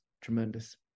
tremendous